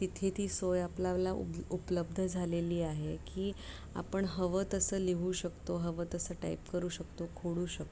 तिथे ती सोय आपल्याला उब उपलब्ध झालेली आहे की आपण हवं तसं लिहू शकतो हवं तसं टाईप करू शकतो खोडू शकतो